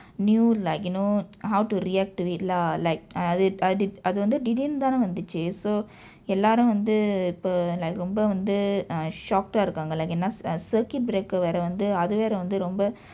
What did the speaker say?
knew like you know how to react to it lah like அது அது அது வந்து திடீர்னு தானே வந்தது:athu athu athu thidiurnu thanee vandthu so எல்லாரும் வந்து இப்போ:ellarum vandthu ippoo like ரொம்ப வந்து:rompa vandthu uh shocked-aa இருக்கங்கள்:irukkaangkal like ஏன் என்றால்:een enraal circuit breaker வேற வந்து அது வேற வந்து ரொம்ப:veera vandthu athu veera vandthu